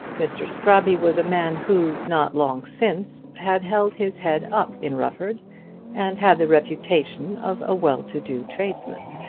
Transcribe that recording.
mr. scrobby was a man who not long since had held his head up in rufford and had the reputation of a well-to-do tradesman.